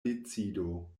decido